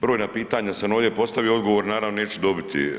Brojna pitanja sam ovdje postavio, odgovor naravno, neću dobiti.